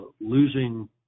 losing –